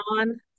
on